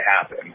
happen